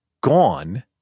gone